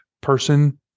person